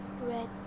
red